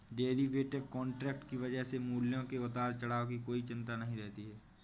derivative contract की वजह से मूल्यों के उतार चढ़ाव की कोई चिंता नहीं रहती है